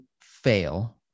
fail